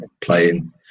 playing